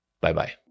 Bye-bye